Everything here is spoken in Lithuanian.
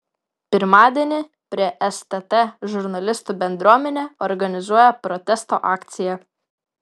pirmadienį prie stt žurnalistų bendruomenė organizuoja protesto akciją